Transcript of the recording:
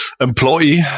employee